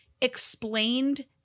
explained